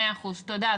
מאה אחוז, תודה.